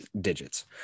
digits